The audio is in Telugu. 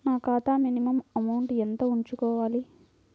నా ఖాతా మినిమం అమౌంట్ ఎంత ఉంచుకోవాలి?